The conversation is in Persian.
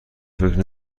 فکر